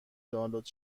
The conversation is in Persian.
دانلود